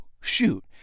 shoot